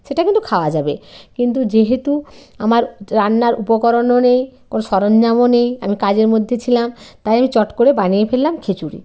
সেটা কিন্তু খাওয়া যাবে কিন্তু যেহেতু আমার রান্নার উপকরণও নেই কোনো সরঞ্জামও নেই আমি কাজের মধ্যে ছিলাম তাই আমি চট করে বানিয়ে ফেললাম খিচুড়ি